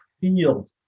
field